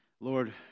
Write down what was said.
Lord